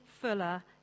fuller